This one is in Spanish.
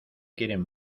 quieren